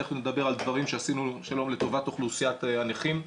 תיכף נדבר על דברים שעשינו לטובת אוכלוסיית הנכים.